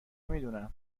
میدونم